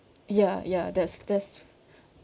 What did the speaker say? ya ya that's that's